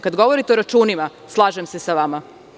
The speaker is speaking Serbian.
Kada govorite o računima, slažem se sa vama.